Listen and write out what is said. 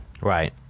Right